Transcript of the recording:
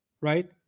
right